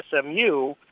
SMU